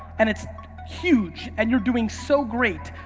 and it's huge and you're doing so great,